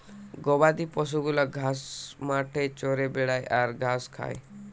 গবাদি পশু গুলা ঘাস মাঠে চরে বেড়ায় আর ঘাস খায়